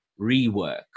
Rework